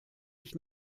ich